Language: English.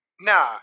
nah